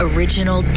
Original